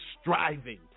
striving